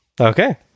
Okay